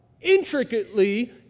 intricately